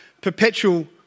perpetual